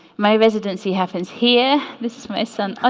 my residency happens here this is my son ah